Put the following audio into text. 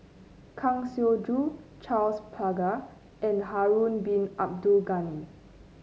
Kang Siong Joo Charles Paglar and Harun Bin Abdul Ghani